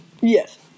Yes